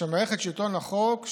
שמערכת שלטון החוק,